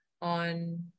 on